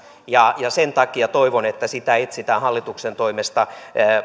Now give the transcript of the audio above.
ja sen takia toivon että etsitään hallituksen toimesta